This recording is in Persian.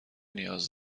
نیاز